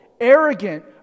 ...arrogant